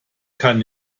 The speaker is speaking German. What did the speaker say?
kann